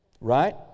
Right